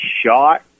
shot